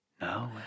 No